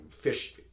fish